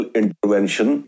intervention